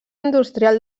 industrial